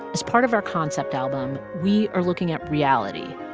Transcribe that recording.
as part of our concept album, we are looking at reality,